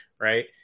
right